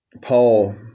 Paul